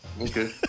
Okay